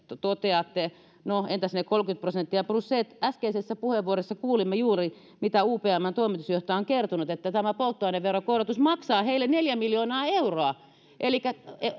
toteatte no entäs ne kolmekymmentä prosenttia plus se että äskeisessä puheenvuorossa kuulimme juuri mitä upmn toimitusjohtaja on kertonut tämä polttoaineveron korotus maksaa heille neljä miljoonaa euroa elikkä